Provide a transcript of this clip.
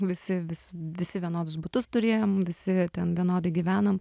visi vis visi vienodus butus turėjom visi ten vienodai gyvenom